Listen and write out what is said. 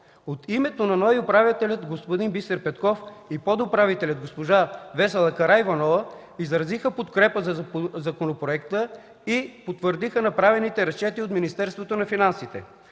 От името на НОИ управителят господин Бисер Петков и подуправителят госпожа Весела Караиванова изразиха подкрепа за законопроекта и потвърдиха направените разчети от Министерството на финансите.